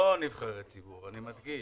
לא נבחרי ציבור, אני מדגיש